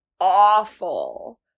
awful